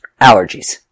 Allergies